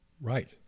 Right